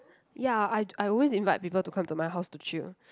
ya I d~ I always invite people to come to my house to chill